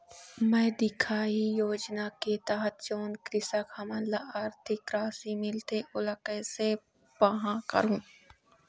मैं दिखाही योजना के तहत जोन कृषक हमन ला आरथिक राशि मिलथे ओला कैसे पाहां करूं?